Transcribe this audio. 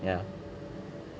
ya